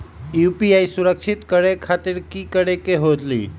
UPI सुरक्षित करे खातिर कि करे के होलि?